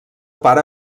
pare